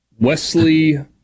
Wesley